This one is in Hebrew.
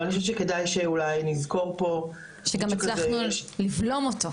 אבל אני חושבת שכדאי שאולי נזכור פה --- שגם הצלחנו לבלום אותו.